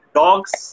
dogs